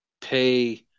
pay